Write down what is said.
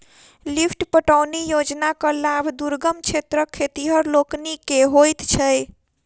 lift पटौनी योजनाक लाभ दुर्गम क्षेत्रक खेतिहर लोकनि के होइत छै